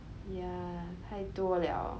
yeah 太多了